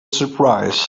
surprise